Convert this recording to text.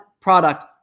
product